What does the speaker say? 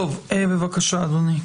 בבקשה, אדוני.